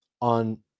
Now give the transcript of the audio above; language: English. on